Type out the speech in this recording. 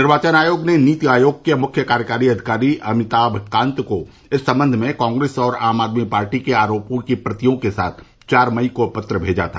निर्वाचन आयोग ने नीति आयोग के मुख्य कार्यकारी अधिकारी अमिताभ कांत को इस सम्बन्ध में कांग्रेस और आम आदमी पार्टी के आरोपों की प्रतियों के साथ चार मई को पत्र भेजा था